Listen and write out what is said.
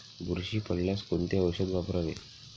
बुरशी पडल्यास कोणते औषध वापरावे?